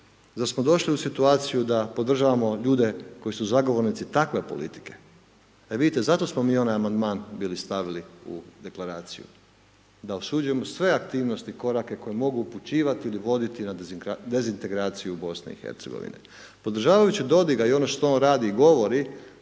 da smo došli u situaciju da podržavamo ljude koji su zagovornici takve politike, e vidite zato smo mi onaj amandman bili stavili u Deklaraciju, da osuđujemo sve aktivnosti, korake koji mogu upućivati ili voditi na dezintegraciju Bosne i Hercegovine. Podržavajući Dodiga, i ono što on radi i govori,